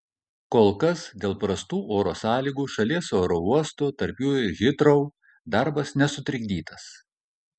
kol kas dėl prastų oro sąlygų šalies oro uostų tarp jų ir hitrou darbas nesutrikdytas